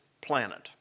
planet